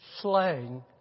Slaying